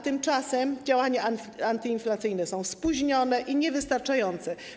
Tymczasem działania antyinflacyjne są spóźnione i niewystarczające.